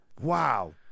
Wow